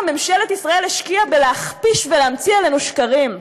ממשלת ישראל השקיעה בלהכפיש ולהמציא עלינו שקרים.